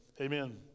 Amen